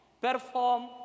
perform